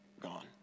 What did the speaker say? gone